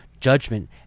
judgment